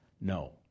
No